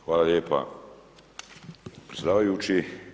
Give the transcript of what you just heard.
Hvala lijepa predsjedavajući.